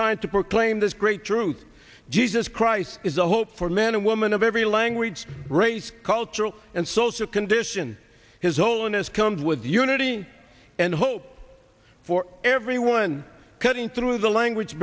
time to proclaim this great truth jesus christ is a hope for man and woman of every language race cultural and social condition his own as comes with unity and hope for everyone cutting through the language